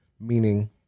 Meaning